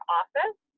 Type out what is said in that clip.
office